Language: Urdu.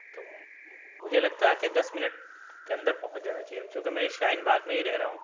تو مجھے لگتا ہے کہ دس منٹ کے اندر پہنچ جانا چاہیے چونکہ میں شاہین باغ میں ہی رہ رہا ہوں